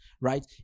right